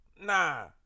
Nah